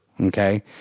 okay